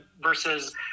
versus